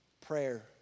prayer